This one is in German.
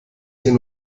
hier